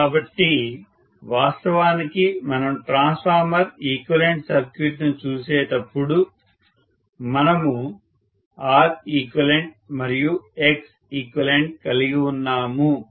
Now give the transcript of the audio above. కాబట్టి వాస్తవానికి మనం ట్రాన్స్ఫార్మర్ ఈక్వివలెంట్ సర్క్యూట్ను చూసినప్పుడు మనము Req మరియు Xeq కలిగి ఉన్నాము